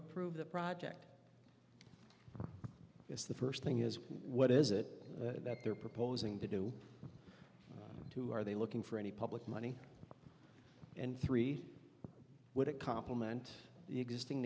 approve the project is the first thing is what is it that they're proposing to do and who are they looking for any public money and three would it complement the existing